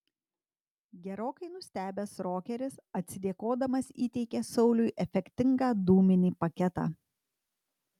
gerokai nustebęs rokeris atsidėkodamas įteikė sauliui efektingą dūminį paketą